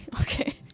Okay